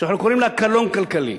שאנחנו קוראים לה: קלון כלכלי,